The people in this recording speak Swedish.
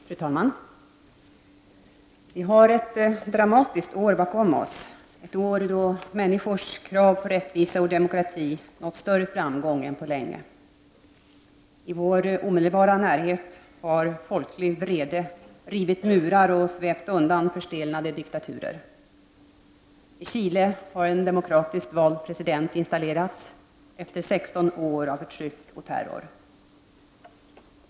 Fru talman! Vi har ett dramatiskt år bakom oss, ett år då människors krav på rättvisa och demokrati nått större framgång än på länge. I vår omedelbara närhet har folklig vrede rivit murar och svept undan förstelnade diktaturer. I Chile har en demokratiskt vald president installerats, efter 16 år av förtryck och terror.